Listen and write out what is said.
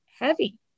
heavy